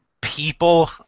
people